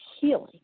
healing